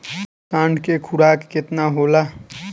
साँढ़ के खुराक केतना होला?